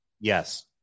Yes